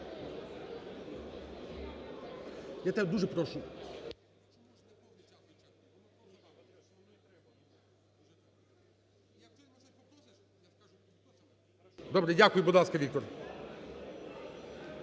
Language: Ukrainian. Я тебе дуже прошу... Добре. Дякую. Будь ласка, Віктор.